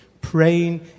praying